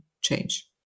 change